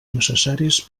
necessaris